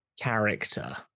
character